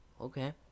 Okay